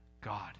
God